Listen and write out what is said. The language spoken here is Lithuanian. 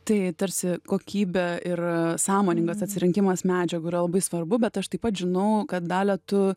tai tarsi kokybė ir sąmoningas atsirinkimas medžiagų yra labai svarbu bet aš taip pat žinau kad dalia tu